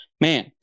Man